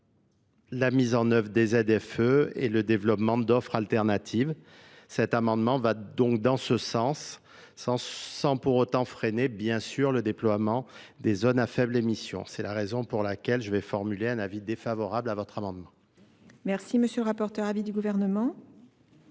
la mise en œuvre des F E et le développement d'offres alternatives, cet amendement va donc dans ce sens. Sans pour autant freiner, bien sûr, le déploiement bien sûr, le déploiement des zones à faible émission C'est la raison pour laquelle je vais formuler un avis défavorable à votre amendement. M. le rapporteur Av du Gouvernement